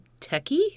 techie